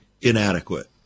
inadequate